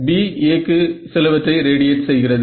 B Aக்கு சிலவற்றை radiate செய்கிறது